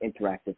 interactive